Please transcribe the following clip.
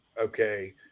okay